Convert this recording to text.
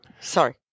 Sorry